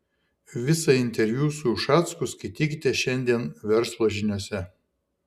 visą interviu su ušacku skaitykite šiandien verslo žiniose